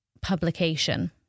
publication